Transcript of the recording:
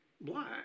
black